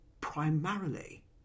primarily